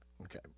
Okay